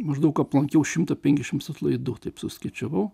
maždaug aplankiau šimtą penkiasdešims atlaidų taip suskaičiavau